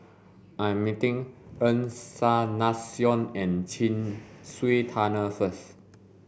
I'm meeting Encarnacion and Chin Swee Tunnel first